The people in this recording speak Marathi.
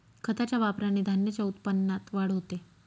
खताच्या वापराने धान्याच्या उत्पन्नात वाढ होते